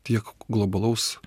tiek globalaus